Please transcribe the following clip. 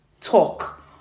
talk